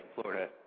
Florida